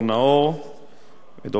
ודובר הוועדה ליאור רותם,